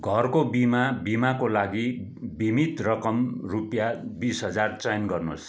घरको बिमा बिमाको लागि बिमित रकम रुपियाँ बिस हजार चयन गर्नुहोस्